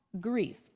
grief